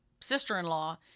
sister-in-law